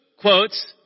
quotes